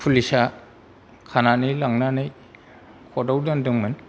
police आ खानानै लांनानै कर्त आव दोनदोंमोन